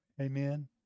Amen